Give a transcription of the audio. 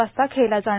वाजता खेळला जाणार